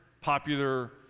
popular